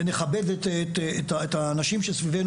שנכבד את כל האנשים שסביבנו.